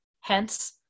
hence